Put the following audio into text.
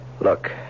Look